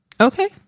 Okay